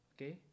Okay